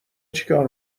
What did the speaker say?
چیکار